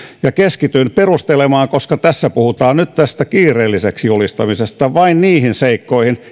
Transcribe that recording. keskityn perustelemaan koska tässä puhutaan nyt tästä kiireelliseksi julistamisesta vain niitä seikkoja